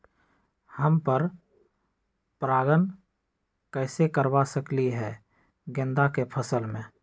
हम पर पारगन कैसे करवा सकली ह गेंदा के फसल में?